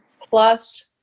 Plus